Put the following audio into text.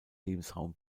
lebensraum